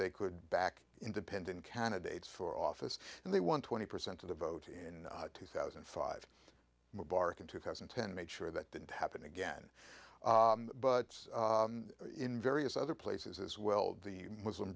they could back independent candidates for office and they want twenty percent of the vote in two thousand and five mubarak in two thousand and ten make sure that didn't happen again but in various other places as well the muslim